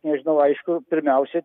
nežinau aišku pirmiausiai